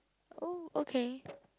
oh okay